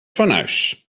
fornuis